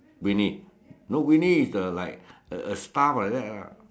Winnie no Winnie is the like a a stuff like that lah